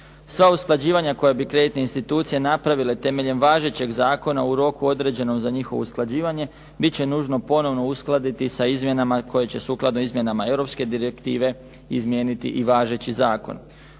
Sva usklađivanja koja bi kreditne institucije napravile temeljem važećeg zakona u roku određenom za njihovo usklađivanje bit će nužno ponovno uskladiti sa izmjenama koje će sukladno izmjenama europske direktive izmijeniti i važeći zakon.